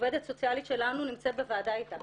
עובדת סוציאלית שלנו נמצאת בוועדה איתה